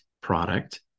product